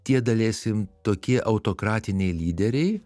tie daleiskim tokie autokratiniai lyderiai